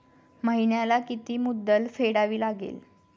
महिन्याला किती मुद्दल फेडावी लागेल?